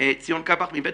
ציון קבח מבית